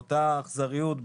באותה אכזריות,